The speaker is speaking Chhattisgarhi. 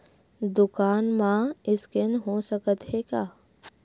दुकान मा स्कैन हो सकत हे का?